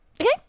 okay